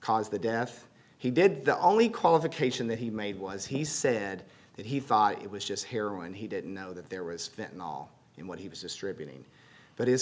caused the death he did the only qualification that he made was he said that he thought it was just heroin he didn't know that there was an all in what he was distributing but his